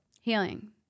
Healing